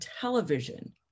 television